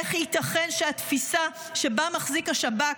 איך ייתכן שהתפיסה שבה מחזיק השב"כ,